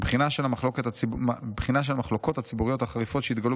"בחינה של המחלוקות הציבוריות החריפות שהתגלעו